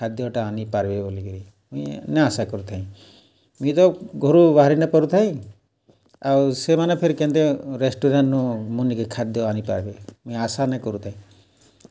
ଖାଦ୍ୟ'ଟା ଆନିପାର୍ବେ ବୋଲିକରି ମୁଇଁ ନାଇଁ ଆଶା କରିଥାଇ ମୁଇଁ ତ ଘରୁ ବାହାରି ନାଇ ପାରୁଥାଇ ଆଉ ସେମାନେ ଫେର୍ କେନ୍ତା ରେଷ୍ଟୁରାଣ୍ଟ୍ରୁ ମୋର୍ନିକେ ଖାଦ୍ୟ ଆଣିପାର୍ବେ ମୁଇଁ ଆଶା ନାଇଁ କରୁଥାଇ